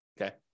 okay